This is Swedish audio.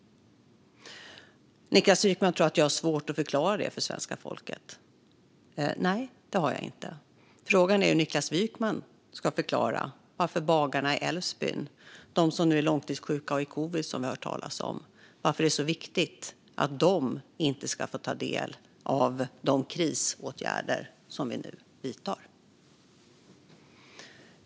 Niklas Wykman tror att jag har svårt att förklara detta för svenska folket. Nej, det har jag inte. Frågan är hur Niklas Wykman ska förklara varför det är så viktigt att bagarna i Älvsbyn och de som nu är långtidssjuka i covid, som vi har hört talas om, inte ska få ta del av de krisåtgärder som vi nu vidtar.